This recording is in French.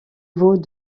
vaut